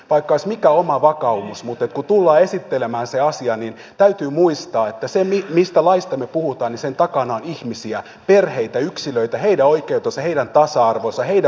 vaikka olisi mikä oma vakaumus mutta kun tullaan esittelemään se asia niin täytyy muistaa mistä laista me puhumme että sen takana on ihmisiä perheitä yksilöitä heidän oikeutensa heidän tasa arvonsa heidän hyvinvointinsa